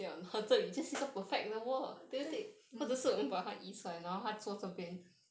对 mm